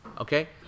okay